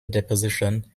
deposition